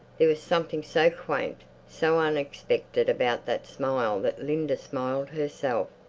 there was something so quaint, so unexpected about that smile that linda smiled herself.